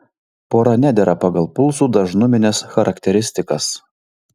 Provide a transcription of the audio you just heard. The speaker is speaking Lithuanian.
pora nedera pagal pulsų dažnumines charakteristikas